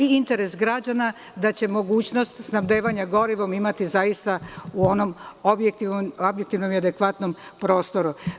Interes građana je da će mogućnost snabdevanja gorivom imati u onom objektivnom i adekvatnom prostoru.